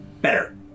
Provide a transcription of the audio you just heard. better